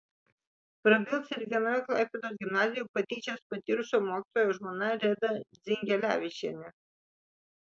prabils ir vienoje klaipėdos gimnazijų patyčias patyrusio mokytojo žmona reda dzingelevičienė